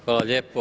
Hvala lijepo.